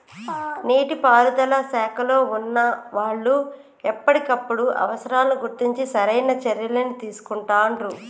నీటి పారుదల శాఖలో వున్నా వాళ్లు ఎప్పటికప్పుడు అవసరాలను గుర్తించి సరైన చర్యలని తీసుకుంటాండ్రు